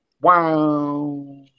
Wow